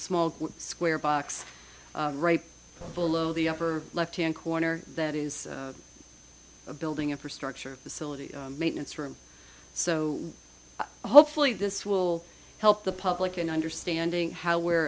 small square box right below the upper left hand corner that is a building infrastructure facility maintenance room so hopefully this will help the public in understanding how where